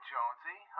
Jonesy